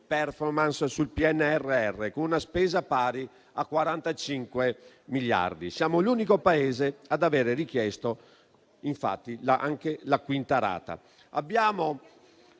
*performance* sul PNRR, con una spesa pari a 45 miliardi. Siamo l'unico Paese ad aver richiesto, infatti, anche la quinta rata.